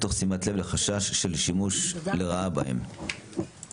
ותוך שימת לב לחשש של שימוש לרעה בסם.